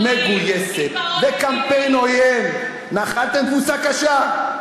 תקשורת מגויסת וקמפיין עוין, נחלתם תבוסה קשה.